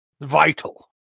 vital